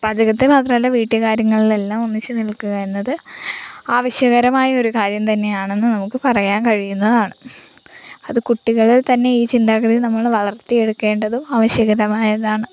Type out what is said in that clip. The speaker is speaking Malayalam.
പാചകത്തിൽ മാത്രമല്ല വീട്ടുകാര്യങ്ങളിൽ എല്ലാം ഒന്നിച്ചു നിൽക്കുക എന്നത് ആവശ്യകരമായ ഒരു കാര്യം തന്നെയാണെന്ന് നമുക്ക് പറയാൻ കഴിയുന്നതാണ് അത് കുട്ടികളിൽ തന്നെ ഈ ചിന്താഗതി നമ്മൾ വളർത്തിയെടുക്കേണ്ടതും ആവശ്യകതമായതാണ്